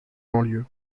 banlieue